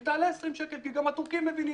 היא תעלה 20 שקל, כי גם הטורקים מבינים.